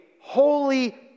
holy